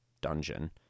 dungeon